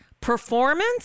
performance